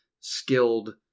skilled